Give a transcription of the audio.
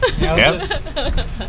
Yes